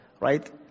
right